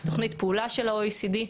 תוכנית פעולה של ה-OECD,